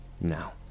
Now